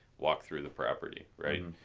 walk through the property. right.